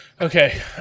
Okay